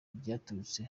byaturutse